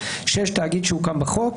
(6) תאגיד שהוקם בחוק.